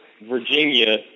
Virginia